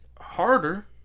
harder